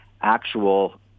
actual